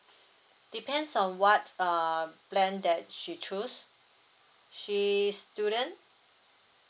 depends on what's uh plan that she choose she's student